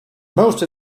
most